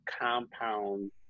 compound